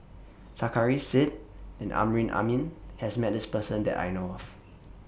Sarkasi Said and Amrin Amin has Met This Person that I know of